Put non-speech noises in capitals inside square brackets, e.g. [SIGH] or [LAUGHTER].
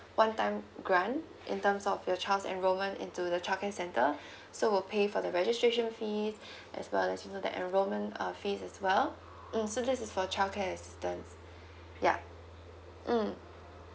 one time grant in terms of your child's enrollment into the child care center [BREATH] so we'll pay for the registration fee [BREATH] as well as you know that enrollment uh fees as well mm so this is for child care assistance yup mm